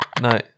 No